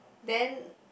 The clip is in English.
then